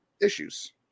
issues